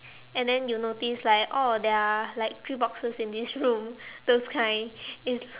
and then you noticed like oh there are like three boxes in this room those kind it's